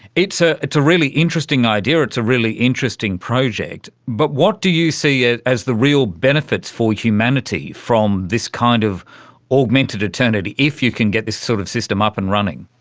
it's ah it's a really interesting idea, it's a really interesting project. but what do you see ah as the real benefits for humanity from this kind of augmented eternity, if you can get this sort of system up and running?